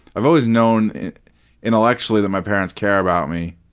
i've always known intellectually that my parents care about me,